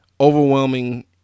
overwhelming